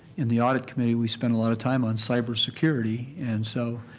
in the audit committee we spend a lot of time on cybersecurity and so